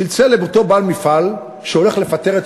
צלצל אל אותו בעל מפעל שהולך לפטר את